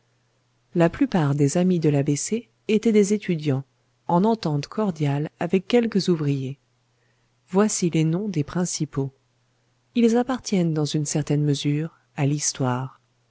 la plupart des amis de l'a b c étaient des étudiants en entente cordiale avec quelques ouvriers voici les noms des principaux ils appartiennent dans une certaine mesure à l'histoire